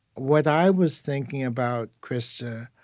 what i was thinking about, krista,